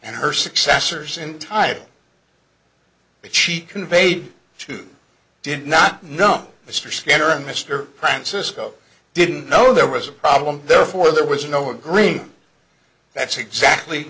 and her successors in title cheat conveyed to did not know mr skinner and mr francisco didn't know there was a problem therefore there was no agreement that's exactly